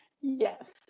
Yes